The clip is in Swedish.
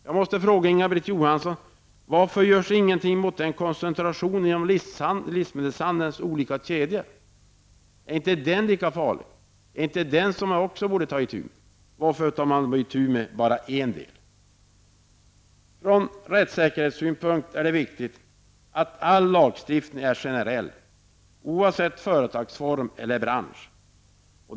Jag måste fråga Inga-Britt Johansson: Varför görs ingenting mot koncentrationen inom livsmedelshandelns olika kedjor? Är inte den lika farlig? Borde man inte ta itu även med den? Varför tar man itu med bara en del? Från rättssäkerhetssynpunkt är det viktigt att all lagstiftning är generell, oavsett företagsform eller bransch.